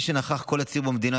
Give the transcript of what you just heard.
כפי שנכח כל הציבור במדינה,